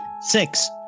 Six